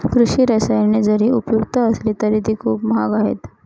कृषी रसायने जरी उपयुक्त असली तरी ती खूप महाग आहेत